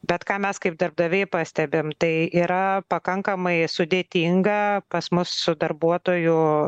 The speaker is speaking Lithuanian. bet ką mes kaip darbdaviai pastebim tai yra pakankamai sudėtinga pas mus su darbuotojų